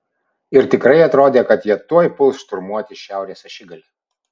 ir tikrai atrodė kad jie tuoj puls šturmuoti šiaurės ašigalį